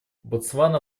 ботсвана